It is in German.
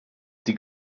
die